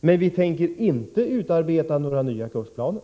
men samtidigt säger att man inte tänker utarbeta några nya kursplaner!